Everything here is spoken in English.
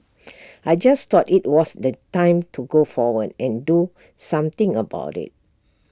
I just thought IT was the time to go forward and do something about IT